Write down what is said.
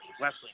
Wesley